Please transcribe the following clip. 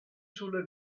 sulle